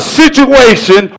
situation